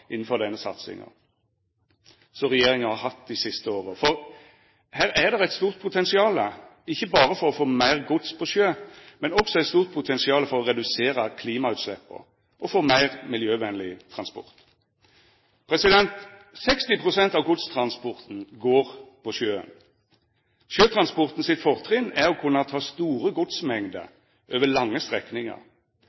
innanfor denne satsinga som regjeringa har hatt dei siste åra, for her er det eit stort potensial, ikkje berre for å få meir gods på sjø, men også for å redusera klimautsleppa og få meir miljøvenleg transport. 60 pst. av godstransporten går på sjøen. Sjøtransporten sitt fortrinn er å kunna ta store godsmengder